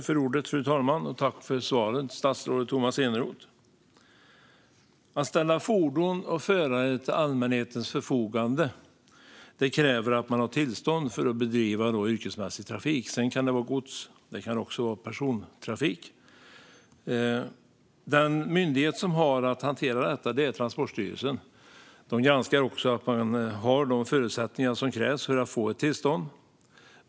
Fru talman! Tack för svaret, statsrådet Tomas Eneroth! Att ställa fordon och förare till allmänhetens förfogande kräver att man har tillstånd för att bedriva yrkesmässig trafik. Det kan vara gods, och det kan också vara persontrafik. Den myndighet som har att hantera detta är Transportstyrelsen. De granskar att man har de förutsättningar som krävs för att få ett tillstånd.